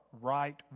right